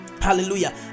hallelujah